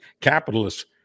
capitalists